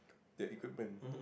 the equipment